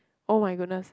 oh-my-goodness